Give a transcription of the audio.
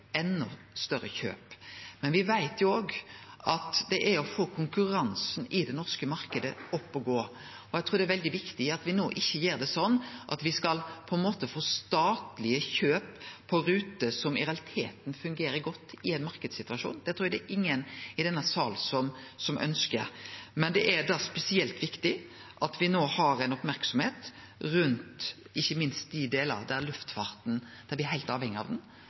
større kjøp, men me veit jo òg at me må få konkurransen i den norske marknaden opp å gå. Eg trur det er veldig viktig ikkje å gjere det slik at me skal få statlege kjøp på ruter som i realiteten fungerer godt i ein marknadssituasjon – det trur eg ingen i denne salen ønskjer. Men det er da spesielt viktig at me no har ei merksemd rundt dei delane av luftfarten me er heilt avhengige av. I Distrikt-Noreg, og spesielt i Nord-Noreg, er me heilt avhengige av